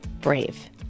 brave